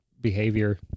behavior